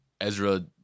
Ezra